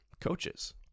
coaches